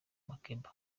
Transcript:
makeba